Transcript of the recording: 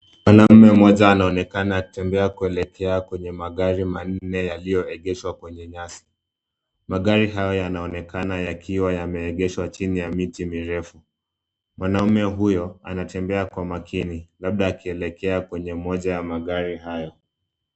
Mwnaume mmoja anaonekana akitembea kuelekea kwenye magari manne yaliyoegeshwa kwenye nyasi. Magari hayo yanaonekana yakiwa yameegeshwa chini ya miti mirefu. Mwanaume hiyo anatembea wa kwa makini labda akielekea kwenye moja ya magari hayo.